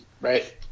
Right